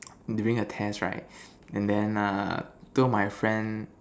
during a test right and then err two of my friend